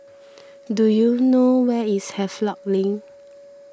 do you know where is Havelock Link